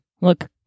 look